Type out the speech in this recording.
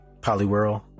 Polyworld